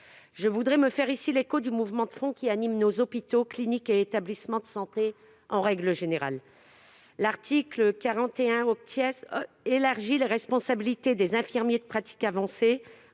Je tiens à me faire l'écho du mouvement de fond qui agite nos hôpitaux, nos cliniques et nos établissements de santé en général. L'article 41 élargit les responsabilités des infirmiers en pratique avancée